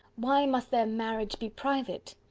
why must their marriage be private?